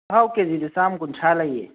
ꯆꯥꯛꯍꯥꯎ ꯀꯦꯖꯤꯗ ꯆꯥꯝꯃ ꯈꯨꯟꯊ꯭ꯔꯥ ꯂꯩꯌꯦ